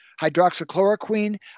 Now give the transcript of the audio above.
hydroxychloroquine